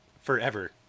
forever